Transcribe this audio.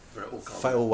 very old club already